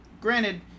Granted